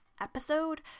episode